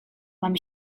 mam